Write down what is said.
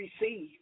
receive